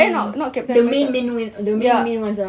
hmm the main main main [one] the main main ones ah